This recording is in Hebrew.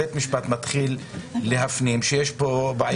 שבית המשפט מתחיל להפנים שיש פה בעיה חמורה.